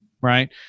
Right